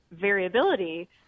variability